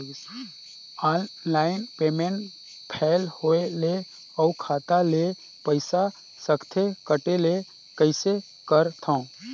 Online payment fail होय ले अउ खाता ले पईसा सकथे कटे ले कइसे करथव?